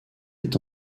est